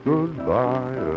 Goodbye